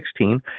2016